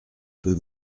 peu